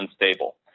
unstable